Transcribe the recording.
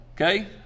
okay